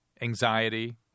anxiety